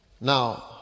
Now